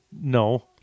No